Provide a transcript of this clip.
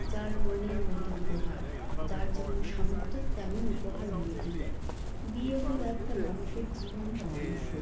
যার মনের মতো উপহার যার যেমন সামর্থ্য তেমন উপহার বিয়েতে দেন বিয়ে হলো একটা মানুষের জীবনের অংশ